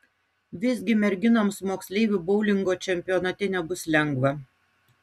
visgi merginoms moksleivių boulingo čempionate nebus lengva